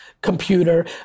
computer